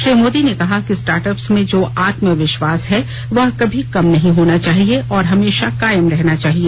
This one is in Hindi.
श्री मोदी ने कहा कि स्टार्टअप्स में जो आत्मविश्वास है वह कभी कम नहीं होना चाहिए और हमेशा कायम रहना चाहिए